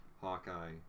Hawkeye